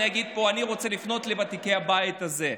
אני אגיד פה אני רוצה לפנות לוותיקי הבית הזה.